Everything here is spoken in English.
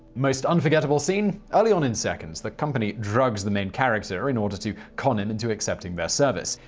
most unforgettable scene early on in seconds, the company drugs the main character in order to con him into accepting their service.